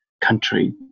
country